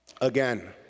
Again